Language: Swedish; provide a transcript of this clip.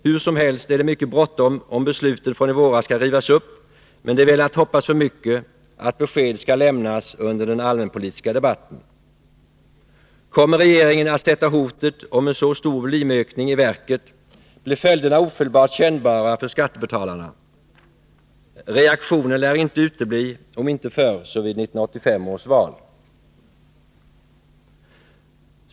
Hur som helst är det mycket bråttom om besluten från i våras skall rivas upp, men det är väl att hoppas för mycket att besked skall lämnas under den allmänpolitiska debatten. Kommer regeringen att sätta hotet om en så stor volymökning i verket, blir följderna ofelbart kännbara för skattebetalarna. Reaktionen lär inte utebli — om inte förr så vid 1985 års val.